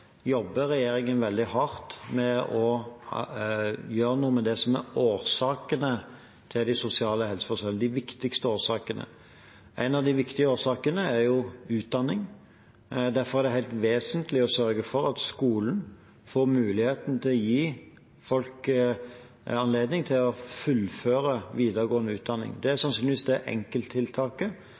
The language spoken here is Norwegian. jobber regjeringen veldig hardt med å gjøre noe med det som er årsakene til de sosiale helseforskjellene, de viktigste årsakene. En av de viktige årsakene er utdanning. Derfor er det helt vesentlig å sørge for at skolen får mulighet til å gi folk anledning til å fullføre videregående utdanning. Det er sannsynligvis det enkelttiltaket